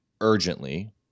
urgently